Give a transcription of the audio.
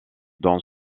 dont